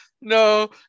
no